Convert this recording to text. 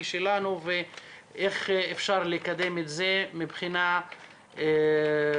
שלנו איך אפשר לקדם את זה מבחינה חוקית.